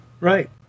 Right